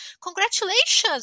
congratulations